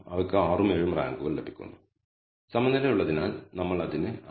അവക്ക് 6 ഉം 7 ഉം റാങ്കുകൾ ലഭിക്കുന്നു സമനിലയുള്ളതിനാൽ നമ്മൾ അതിന് 6